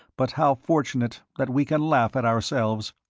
but how fortunate that we can laugh at ourselves.